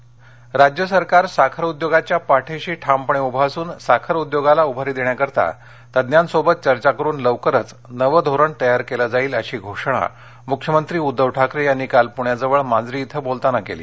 उद्धव ठाकरे राज्य सरकार साखर उद्योगाच्या पाठीशी ठामपणे उभं असून साखर उद्योगाला उभारी देण्यासाठी तज्ज्ञांशी चर्चा करून लवकरच नवं धोरण तयार केलं जाईल अशी घोषणा मुख्यमंत्री उद्दव ठाकरे यांनी काल पुण्याजवळ मांजरी इथं बोलताना केली